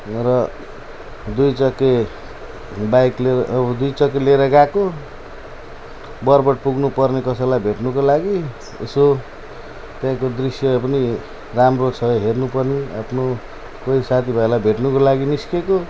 र दुईचक्के बाइक लिएर अब दुईचक्के लिएर गएको बरबोट पुग्नुपर्ने कसैलाई भेट्नुको लागि यसो त्यहाँको दृश्य पनि राम्रो छ हेर्नु पनि आफ्नो कोही साथीभाइलाई भेट्नुको लागि निस्केको